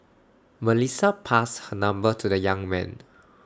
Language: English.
Melissa passed her number to the young man